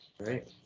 Right